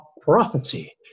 prophecy